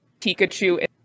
Pikachu